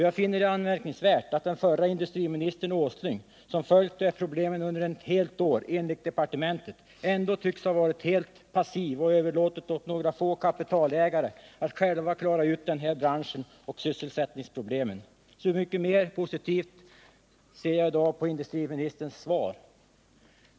Jag finner det anmärkningsvärt att den förre industriministern Åsling, som följt de här problemen under ett helt år enligt departementet, ändå tycks ha varit helt passiv och överlåtit åt några få kapitalägare att själva klara ut den här branschens problem och sysselsättningssvårigheter. Så mycket mer positivt ser jag på industriministerns svar i dag.